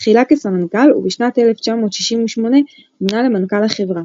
תחילה כסמנכ"ל ובשנת 1968 מונה למנכ"ל החברה,